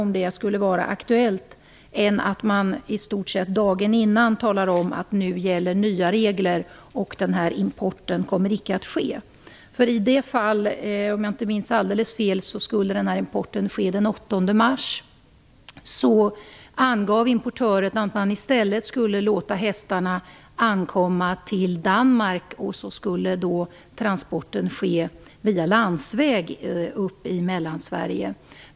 Nu talade man i stort sett om dagen innan att nya regler skulle gälla och att den här importen icke skulle ske. Om jag inte minns alldeles fel skulle den här importen ske den 8 mars. Importören angav att man i stället skulle låta hästarna ankomma till Danmark. Mellansverige.